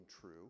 true